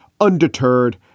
undeterred